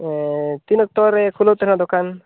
ᱛᱤᱱ ᱚᱠᱛᱚᱨᱮ ᱠᱷᱩᱞᱟᱹᱣ ᱛᱟᱦᱮᱱᱟ ᱫᱚᱠᱟᱱ